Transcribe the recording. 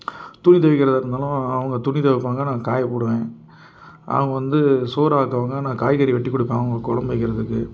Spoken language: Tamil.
துணி துவைக்கிறதாருந்தாலும் அவங்க துணி துவைப்பாங்க நான் காயப்போடுவேன் அவங்க வந்து சோறு ஆக்குவாங்க நான் காய்கறி வெட்டிக் கொடுப்பேன் அவங்க குழம்பு வைக்கிறதுக்கு